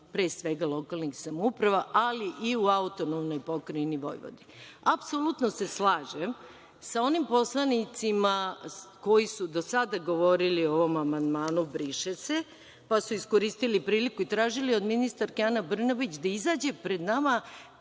pre svega lokalnih samouprava, ali i u AP Vojvodine. Apsolutno se slažem sa onim poslanicima koji su do sada govorili o ovom amandmanu „briše se“, pa su iskoristili priliku i tražili od ministarke Ane Brnabić da izađe pred nama